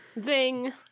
Zing